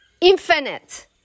infinite